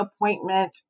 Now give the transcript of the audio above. appointment